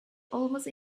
almost